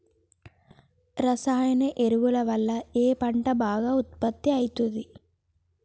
రసాయన ఎరువుల వల్ల ఏ పంట బాగా ఉత్పత్తి అయితది?